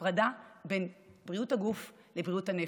הפרדה בין בריאות הגוף לבריאות הנפש.